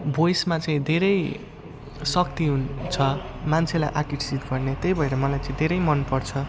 भोइसमा चाहिँ धेरै शक्ति हुन् छ मान्छेलाई आकर्षित गर्ने त्यही भएर मलाई चाहिँ धेरै मनपर्छ